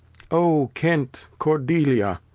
o kent, cordelia!